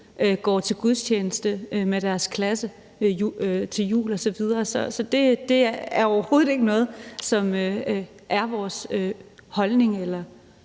går til gudstjeneste med deres klasse til jul osv. Så det er overhovedet ikke noget, som er vores holdning, eller